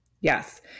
Yes